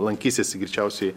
lankysis greičiausiai